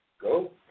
Go